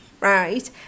right